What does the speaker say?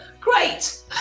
great